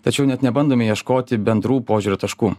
tačiau net nebandome ieškoti bendrų požiūrio taškų